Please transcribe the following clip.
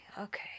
okay